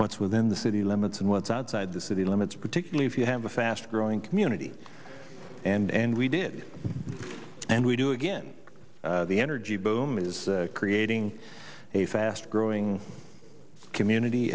what's within the city limits and what's outside the city limits particularly if you have a fast growing community and we did and we do again the energy boom is creating a fast growing community